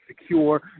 secure